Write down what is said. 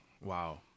Wow